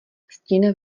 stín